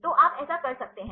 तो आप ऐसा कर सकते हैं